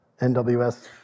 NWS